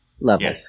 level